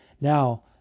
Now